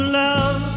love